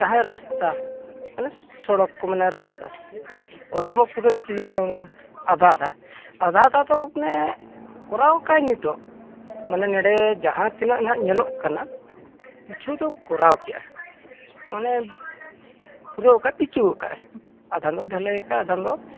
ᱡᱟᱦᱟᱸᱭ ᱨᱟᱥᱛᱟ ᱢᱟᱱᱮ ᱥᱚᱲᱚᱠ ᱠᱚ ᱢᱮᱱᱟ ᱢᱟᱱᱮ ᱨᱟᱥᱛᱟ ᱚᱱᱠᱟ ᱢᱟ ᱯᱩᱨᱟᱹ ᱠᱞᱤᱭᱟᱨ ᱵᱟᱝᱟ ᱟᱫᱷᱟ ᱟᱫᱷᱟ ᱟᱫᱷᱟ ᱟᱫᱷᱟ ᱫᱚ ᱢᱟᱱᱮ ᱠᱚᱨᱟᱣ ᱠᱟᱜ ᱟᱹᱧ ᱱᱤᱛᱚᱜ ᱢᱟᱱᱮ ᱱᱚᱰᱮ ᱡᱟᱦᱟᱸ ᱛᱤᱱᱟᱹᱜ ᱱᱟᱦᱟᱜ ᱧᱮᱞᱚᱜ ᱠᱟᱱᱟ ᱠᱤᱪᱷᱩ ᱫᱚ ᱠᱚᱨᱟᱣ ᱠᱮᱜᱼᱟᱭ ᱚᱱᱮ ᱯᱩᱨᱟᱹ ᱚᱠᱟᱭ ᱯᱤᱪᱩ ᱠᱟᱜᱼᱟᱭ ᱟᱫᱷᱟᱢ ᱫᱚ ᱰᱷᱟᱹᱞᱟᱹᱭ ᱠᱟᱜ ᱟᱭ ᱟᱫᱷᱟᱱ ᱫᱚ